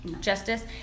Justice